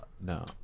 no